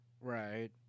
Right